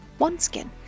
OneSkin